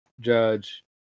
judge